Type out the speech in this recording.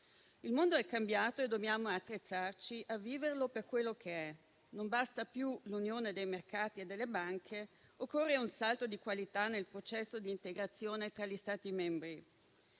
Il mondo è cambiato e dobbiamo attrezzarci a viverlo per quello che è. Non basta più l'unione dei mercati e delle banche, ma occorre un salto di qualità nel processo d'integrazione tra gli Stati membri.